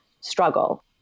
struggle